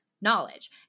knowledge